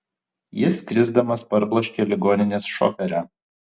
jis krisdamas parbloškė ligoninės šoferę